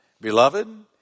Beloved